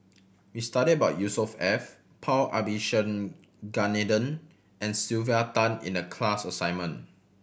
we studied about Yusnor Ef F Paul Abisheganaden and Sylvia Tan in the class assignment